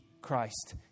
Christ